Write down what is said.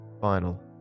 final